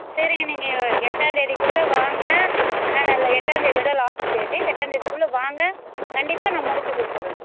சரிங்க நீங்கள் எ எட்டாம் தேதிக்குள்ளே வாங்க நான் இல்லை எட்டாம் தேதியோடு லாஸ்ட் டேட்டு எட்டாம் தேதிக்குள்ளே வாங்க கண்டிப்பாக நான் முடித்து கொடுத்துர்றேங்க